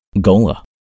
GOLA